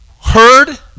heard